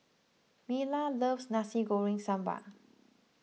Myla loves Nasi Goreng Sambal